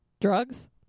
Drugs